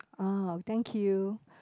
!ah! thank you